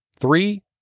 Three-